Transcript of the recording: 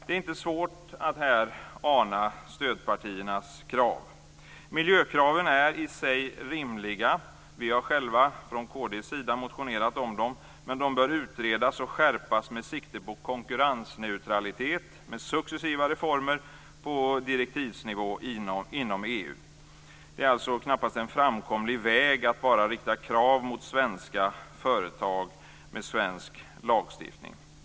Det är inte svårt att ana stödpartiernas krav. Miljökraven är i sig rimliga. Vi har själva från kd:s sida motionerat om dem, men de bör utredas och skärpas med sikte på konkurrensneutralitet med successiva reformer på direktivsnivå inom EU. Det är knappast en framkomlig väg att bara rikta krav mot svenska företag med svensk lagstiftning.